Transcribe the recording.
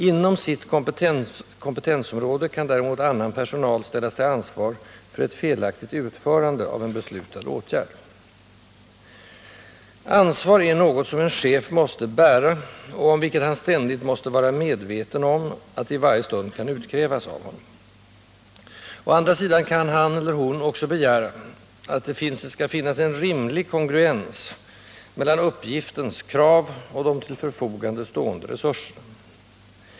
Inom sitt kompetensområde kan däremot annan personal ställas till ansvar för felaktigt utförande av en beslutad åtgärd. Ansvar är något som en chef måste bära och om vilket han ständigt måste vara medveten att det i varje stund kan utkrävas av honom. Å andra sidan kan han eller hon också begära att det skall finnas en rimlig kongruens mellan uppgiftens krav och de till förfogande stående resurserna.